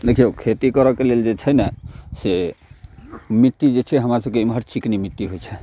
देखिऔ खेती करऽ के लेल जे छै ने से मिट्टी जे छै हमरा सबके इमहर चिकनी मिट्टी होयत छै